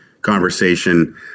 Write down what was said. conversation